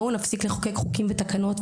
בואו נפסיק לחוקק חוקים ותקנות,